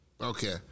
Okay